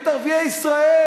את ערביי ישראל?